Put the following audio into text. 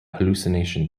hallucination